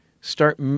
start